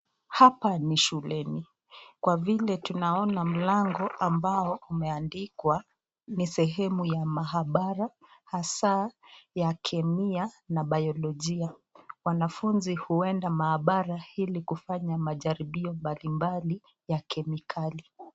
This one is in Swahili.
Hapa ni shuleni, kwa vile tunaona mlango ambao umeandikwa ni sehemu ya mahabara hasa ya kemia na bayolojia. Wanafunzi huenda mahabara ili kufanya majaribio mbalimbali ya kemikali.